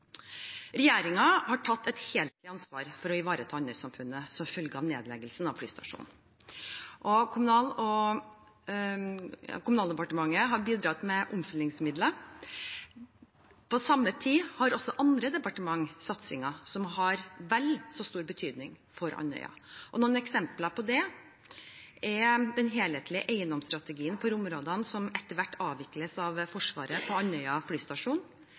har tatt et helhetlig ansvar for å ivareta Andøy-samfunnet som følge av nedleggelsen av flystasjonen. Kommunaldepartementet har bidratt med omstillingsmidler. På samme tid har også andre departementer satsinger, som har vel så stor betydning for Andøya. Et eksempel på det er den helhetlige eiendomsstrategien for områdene som etter hvert avvikles av Forsvaret på Andøya flystasjon.